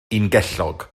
ungellog